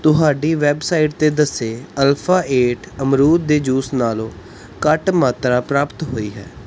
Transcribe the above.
ਤੁਹਾਡੀ ਵੈੱਬਸਾਈਟ 'ਤੇ ਦੱਸੇ ਗਏ ਅਲਫਾ ਏਟ ਅਮਰੂਦ ਦੇ ਜੂਸ ਨਾਲੋਂ ਘੱਟ ਮਾਤਰਾ ਪ੍ਰਾਪਤ ਹੋਈ ਹੈ